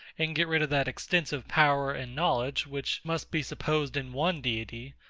and get rid of that extensive power and knowledge, which must be supposed in one deity,